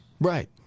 Right